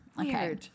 Okay